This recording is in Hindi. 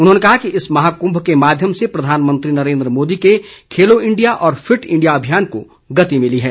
उन्होंने कहा कि इस महाकुम्भ के माध्यम से प्रधानमंत्री नरेन्द्र मोदी के खेलो इंडिया और फिट इंडिया अभियान को गति मिली है